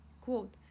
Quote